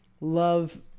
love